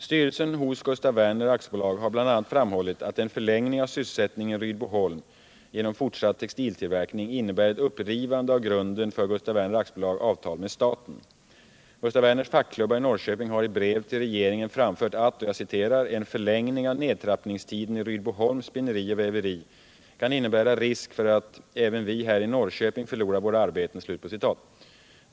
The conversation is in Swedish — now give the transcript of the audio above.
Styrelsen hos Gustaf Werner AB har bl.a. framhållit att en förlängning av sysselsättningen i Rydboholm genom fortsatt textiltillverkning innebär ett upprivande av grunden för Gustaf Werner AB:s avtal med staten. Gustaf Werners fackklubbar i Norrköping har i brev till regeringen framfört att ”en förlängning av nedtrappningstiden i Rydboholms spinneri och väveri kan innebära risk för att även vi här i Norrköping förlorar våra arbeten”.